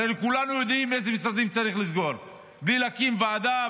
הרי כולנו יודעים איזה משרדים צריך לסגור בלי להקים ועדה,